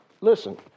listen